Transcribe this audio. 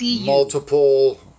multiple